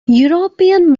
european